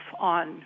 on